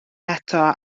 eto